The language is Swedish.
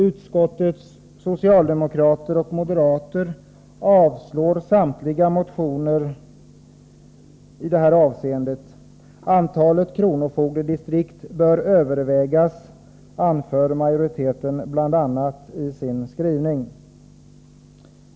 Utskottets socialdemokrater och moderater avstyrker samtliga dessa motioner. Antalet kronofogdedistrikt bör övervägas, anför majoriteten bl.a. i sin skrivning.